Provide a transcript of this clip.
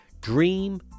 Dream